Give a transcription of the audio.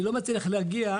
אני לא מצליח להגיע,